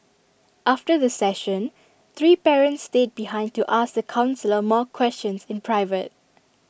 after the session three parents stayed behind to ask the counsellor more questions in private